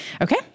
Okay